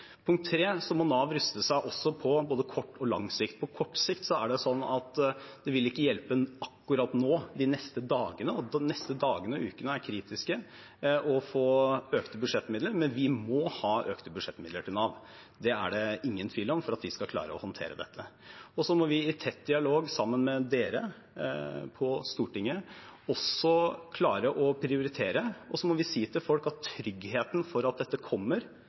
Punkt tre: Nav må også ruste seg på både kort og lang sikt. På kort sikt er det slik at det vil ikke hjelpe akkurat nå, de neste dagene – og de neste dagene og ukene er kritiske – å få økte budsjettmidler, men vi må ha økte budsjettmidler til Nav. Det er det ingen tvil om for at de skal klare å håndtere dette. Så må vi i tett dialog med Stortinget klare å prioritere, og så må vi si til folk at tryggheten for at dette kommer,